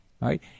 right